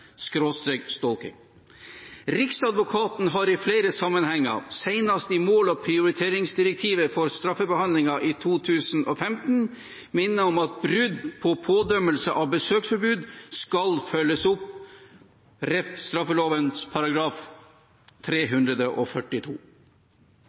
Riksadvokaten har i flere sammenhenger, senest i mål- og prioriteringsskrivet for straffebehandlingen i 2015, minnet om at brudd på pådømmelse av besøksforbud skal følges opp,